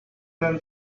them